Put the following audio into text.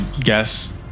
guess